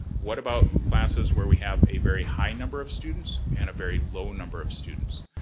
what about classes where we have a very high number of students and a very low number of students?